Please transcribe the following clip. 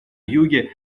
юге